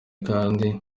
kandi